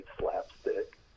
slapstick